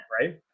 right